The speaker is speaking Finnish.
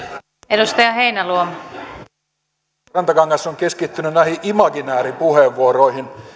edustaja rantakangas on keskittynyt näihin imaginääripuheenvuoroihin